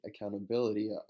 accountability